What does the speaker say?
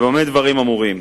במה דברים אמורים?